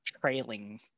trailing